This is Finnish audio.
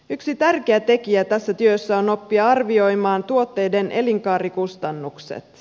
yksi tärkeä tekijä tässä työssä on oppia arvioimaan tuotteiden elinkaarikustannukset